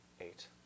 eight